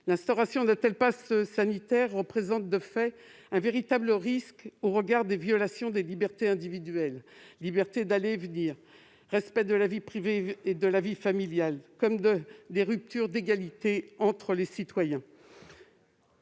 L'instauration d'un tel passe sanitaire présente, de fait, un véritable risque au regard des violations des libertés individuelles- liberté d'aller et venir, respect de la vie privée et familiale -et introduirait des ruptures d'égalité entre les citoyens.